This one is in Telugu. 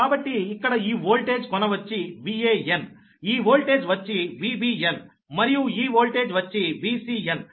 కాబట్టి ఇక్కడ ఈ వోల్టేజ్ కొన వచ్చి Van ఈ వోల్టేజ్ వచ్చి Vbn మరియు ఈ వోల్టేజ్ వచ్చి Vcn